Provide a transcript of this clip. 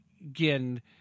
Again